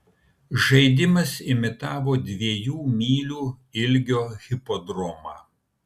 žaidimas imitavo dviejų mylių ilgio hipodromą